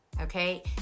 Okay